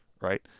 right